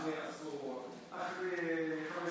אחרי עשור,